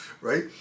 right